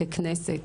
ככנסת,